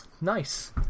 Nice